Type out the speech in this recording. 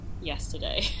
yesterday